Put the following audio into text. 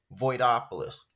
Voidopolis